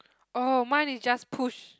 orh mine is just push